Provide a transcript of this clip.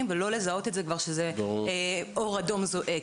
ולא לזהות את זה שכזה כבר אור אדום זועק.